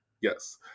Yes